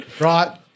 right